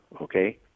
okay